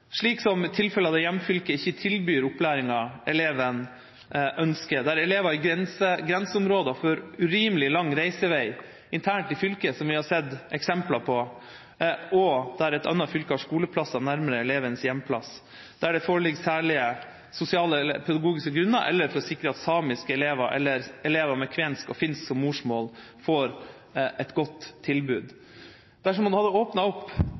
slik som i tilfeller der hjemfylket ikke tilbyr den opplæringen eleven ønsker, der elever i grenseområder får urimelig lang reisevei internt i fylket, som vi har sett eksempler på, der et annet fylke har skoleplasser nærmere elevens hjemplass, der det foreligger særlige sosiale eller pedagogiske grunner, eller for å sikre at samiske elever eller elever med kvensk og finsk som morsmål får et godt tilbud. Dersom man hadde åpnet opp